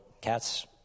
cats